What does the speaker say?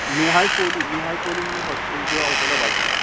मी हाय कोली मी हाय कोली म्हणून एक हॉस तिथे हॉटेल आहे बाजूला